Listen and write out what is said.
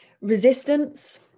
resistance